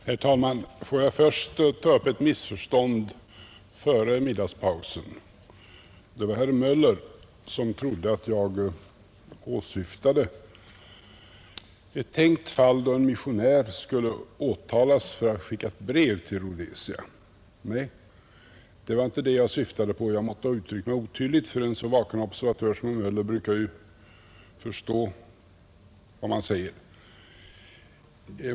Herr talman! Får jag först ta upp ett missförstånd som uppstod före middagspausen. Det var herr Möller som trodde att jag åsyftade ett tänkt fall, då en missionär skulle åtalas för att ha skickat brev till Rhodesia. Nej, det var inte det jag syftade på. Jag måtte ha uttryckt mig otydligt — en så vaken observatör som herr Möller brukar förstå vad man säger.